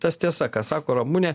tas tiesa ką sako ramunė